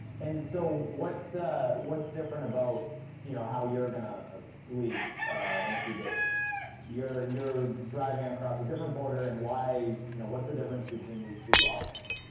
and so what's ah what's different about you know how you're gonna leave in a few days you're you're driving across a different border, and why you know what's the difference between these two options?